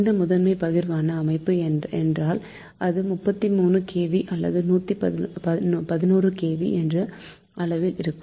இந்த முதன்மை பகிர்மான அமைப்பு என்றால் அது 33 kV அல்லது 11 kV என்ற அளவில் இருக்கும்